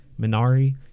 Minari